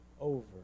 over